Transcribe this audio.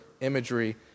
imagery